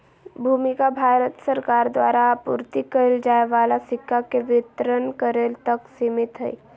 भूमिका भारत सरकार द्वारा आपूर्ति कइल जाय वाला सिक्का के वितरण करे तक सिमित हइ